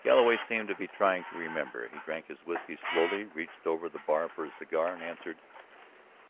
galloway seemed to be trying to remember. he drank his whiskey slowly, reached over the bar for a cigar, and answered